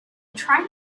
trying